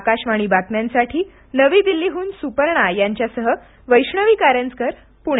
आकाशवाणी बातम्यांसाठी नवी दिल्लीहून सुपर्णा यांच्यासह वैष्णवी कारंजकर पुणे